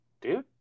dude